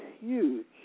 huge